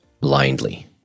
blindly